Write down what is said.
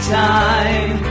time